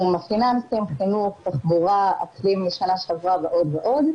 חינוך תחבורה, אקלים ועוד,